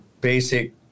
basic